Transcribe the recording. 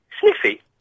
Sniffy